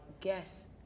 guess